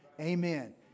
Amen